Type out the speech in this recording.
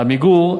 "עמיגור",